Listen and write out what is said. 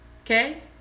okay